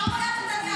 שם היה נתניהו.